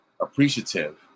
appreciative